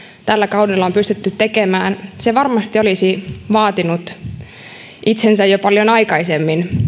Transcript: tällä kaudella on pystytty tekemään niin se itse olisi varmasti vaatinut tulla tehdyksi jo paljon aikaisemmin